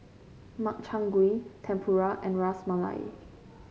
Makchang Gui Tempura and Ras Malai